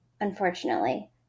unfortunately